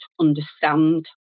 understand